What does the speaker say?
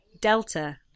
Delta